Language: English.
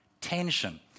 tension